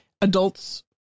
adults